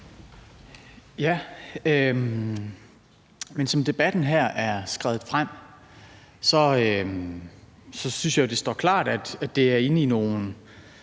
(S): Som debatten her er skredet frem, synes jeg jo, at det står klart, at der er nogle